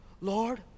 Lord